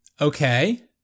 Okay